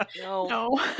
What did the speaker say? No